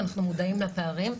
אנחנו מודעים לפערים.